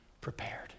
prepared